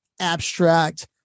abstract